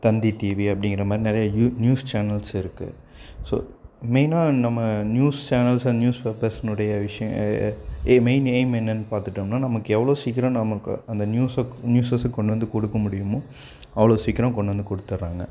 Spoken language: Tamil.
தந்தி டிவி அப்படிங்கிற மாதிரி நிறைய யு நியூஸ் சேனல்ஸ் இருக்குது ஸோ மெயினாக நம்ம நியூஸ் சேனல்ஸ் அண்ட் நியூஸ் பேப்பர்ஸுனுடைய விஷயம் எய் மெயின் எயிம் என்னென்னு பார்த்துட்டோம்னா நமக்கு எவ்வளோ சீக்கிரம் நமக்கு அந்த நியூஸ நியூஸஸ்ஸ கொண்டு வந்து கொடுக்க முடியுமா அவ்வளோ சீக்கிரம் கொண்டு வந்து கொடுத்துட்றாங்க